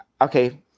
Okay